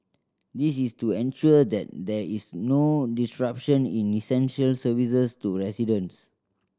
this is to ensure that there is no disruption in essential services to residents